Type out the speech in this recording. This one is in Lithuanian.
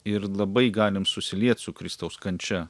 ir labai galim susiliet su kristaus kančia